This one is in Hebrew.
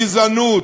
גזענות.